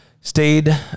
stayed